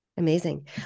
amazing